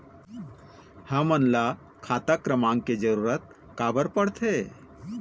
हमन ला खाता क्रमांक के जरूरत का बर पड़थे?